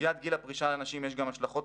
לסוגיית גיל הפרישה לנשים יש גם השלכות